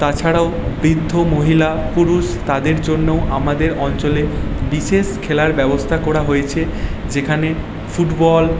তাছাড়াও বৃদ্ধ মহিলা পুরুষ তাদের জন্যেও আমাদের অঞ্চলে বিশেষ খেলার ব্যবস্থা করা হয়েছে যেখানে ফুটবল